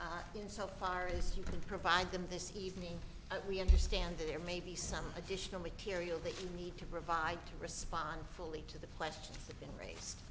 issues in so far is you can provide them this evening we understand there may be some additional material that you need to provide to respond fully to the question in ra